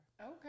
Okay